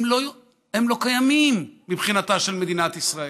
הם לא קיימים מבחינתה של מדינת ישראל.